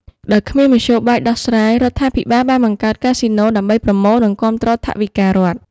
ដោយគ្មានមធ្យោបាយដោះស្រាយ រដ្ឋាភិបាលបានបង្កើតកាស៊ីណូ ដើម្បីប្រមូល និងគាំទ្រដល់ថវិការដ្ឋ។